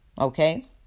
Okay